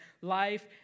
life